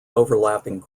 overlapping